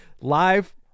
live